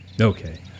Okay